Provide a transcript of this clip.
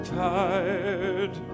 tired